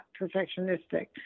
perfectionistic